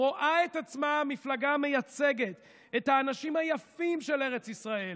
רואה את עצמה המפלגה המייצגת את האנשים היפים של ארץ ישראל,